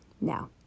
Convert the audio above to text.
Now